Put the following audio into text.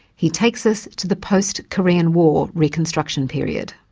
he takes us to the post-korean war reconstruction period.